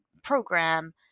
program